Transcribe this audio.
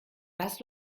was